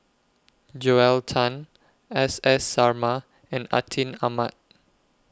Joel Tan S S Sarma and Atin Amat